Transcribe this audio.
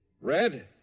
Red